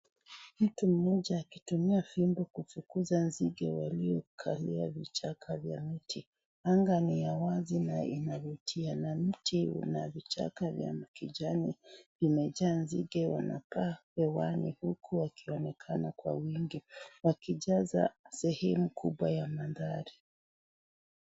Mtu mmoja akitumia fimbo kufukuza nzige waliokalia vichaka vya mti. Anga ni ya wazi na inavutia na mti una vichaka vya kijani vimejaa nzige wanapaa hewani huku wakionekana kwa wingi wakijaza sehemu kubwa ya mandhari.